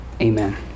amen